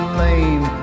lame